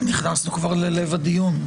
נכנסנו כבר ללב הדיון.